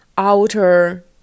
outer